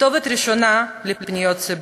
הכתובת הראשונה לפניות הציבור.